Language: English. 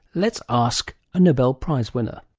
let's ask a nobel prize winner.